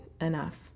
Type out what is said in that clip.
enough